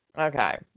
Okay